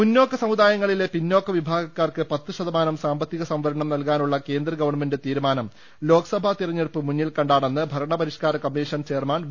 മുന്നോക്ക സമുദായങ്ങളിലെ പിന്നോക്ക വിഭാഗക്കാർക്ക് പത്ത് ശതമാനം സാമ്പത്തിക സംവരണം നൽകാനുള്ള കേന്ദ്ര ഗവൺമെന്റ് തീരുമാനം ലോക്സഭാ തെരഞ്ഞെടുപ്പ് മുന്നിൽ കണ്ടാണെന്ന് ഭരണപരിഷ് ക്കാര കമ്മീഷൻ ചെയർമാൻ വി